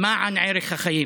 למען ערך החיים.